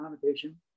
connotation